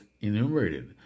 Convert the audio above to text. enumerated